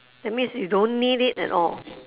that means you don't need it at all